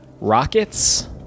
Rockets